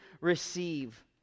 receive